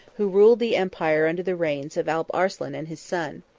who ruled the empire under the reigns of alp arslan and his son.